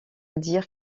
dire